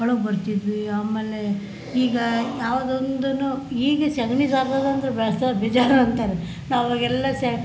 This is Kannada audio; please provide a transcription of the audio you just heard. ಒಳಗೆ ಬರ್ತಿದ್ವಿ ಆಮೇಲೆ ಈಗ ಯಾವುದೊಂದನು ಈಗ ಸಗ್ಣಿ ಸಾರಿಸೋದು ಅಂದರೆ ಬೇಸ್ರ ಬೇಜಾರು ಅಂತಾರೆ ನಾವು ಆವಾಗೆಲ್ಲ ಸೆ